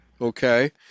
okay